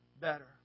better